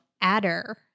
adder